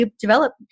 develop